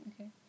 Okay